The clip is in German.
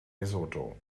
lesotho